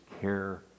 care